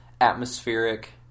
atmospheric